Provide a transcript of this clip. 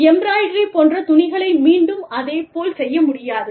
embroidery போன்ற துணிகளை மீண்டும் அதே போல் செய்ய முடியாது